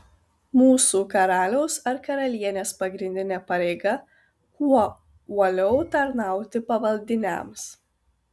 mūsų karaliaus ar karalienės pagrindinė pareiga kuo uoliau tarnauti pavaldiniams